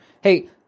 Hey